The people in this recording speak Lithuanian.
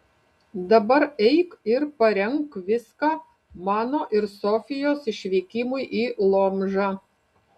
dabar eik ir parenk viską mano ir sofijos išvykimui į lomžą